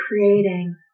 creating